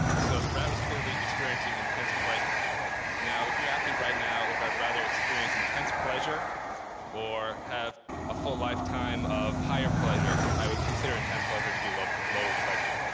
so the rat was clearly experiencing intense pleasure now if you asked me right now if i'd rather experience intense pleasure or have a full lifetime of higher pleasure, i would consider intense pleasure to be lower lower pleasure,